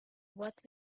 what